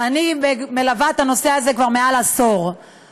אנחנו מבקשים מהכנסת לאשר את אותו יום חג,